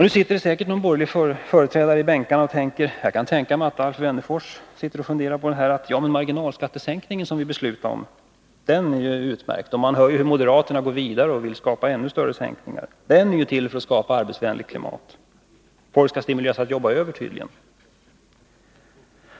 Nu sitter det säkert någon borgerlig företrädare i bänkarna och tänker — jag kan tänka mig att Alf Wennerfors funderar på det här: ”Ja, men marginalskattesänkningen som vi beslutade om är ju utmärkt.” Och vi hör ju hur moderaterna vill gå vidare och skapa ännu större sänkningar. Marginalskattesänkningen var ju till för att skapa ett arbetsvänligt klimat, sades det. Folk skall tydligen stimuleras att jobba över.